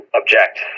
object